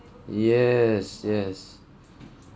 yes yes